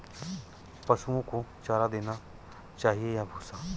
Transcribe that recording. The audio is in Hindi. पशुओं को चारा देना चाहिए या भूसा?